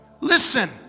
Listen